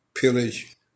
pillage